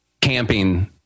camping